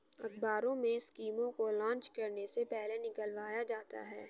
अखबारों में स्कीमों को लान्च करने से पहले निकलवाया जाता है